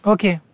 Okay